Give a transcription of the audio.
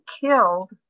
killed